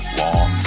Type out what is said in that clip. long